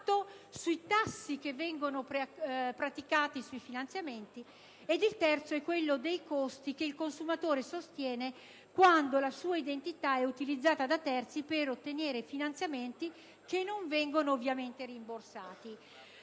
il terzo è quello dei costi che il consumatore sostiene quando la sua identità è utilizzata da terzi per ottenere finanziamenti che non vengono, ovviamente, rimborsati.